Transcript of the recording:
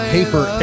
Paper